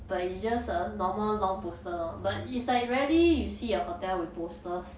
but it's just a normal long bolster lor but it's like rarely you see a hotel with bolsters